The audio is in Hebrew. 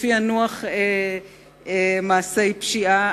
בפענוח מעשי פשיעה,